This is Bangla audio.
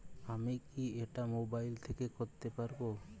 আমি কি এটা মোবাইল থেকে করতে পারবো?